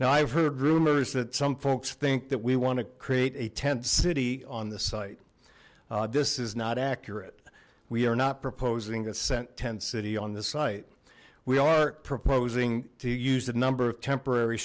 now i've heard rumors that some folks think that we want to create a tent city on the site this is not accurate we are not proposing a cent tent city on the site we are proposing to use the number of temporary